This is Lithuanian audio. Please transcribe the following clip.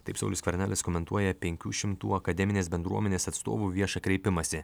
taip saulius skvernelis komentuoja penkių šimtų akademinės bendruomenės atstovų viešą kreipimąsi